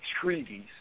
treaties